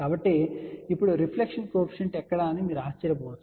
కాబట్టి ఇప్పుడు reflection coefficient ఎక్కడ అని మీరు ఆశ్చర్యపోవచ్చు